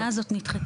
העמדה הזאת נדחתה.